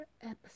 episode